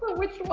which one's